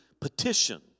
petition